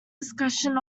discussion